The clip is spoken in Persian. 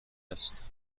است